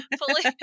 fully